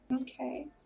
Okay